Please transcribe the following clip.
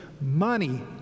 money